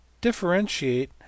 Differentiate